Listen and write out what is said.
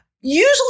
Usually